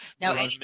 Now